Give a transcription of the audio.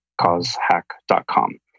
CauseHack.com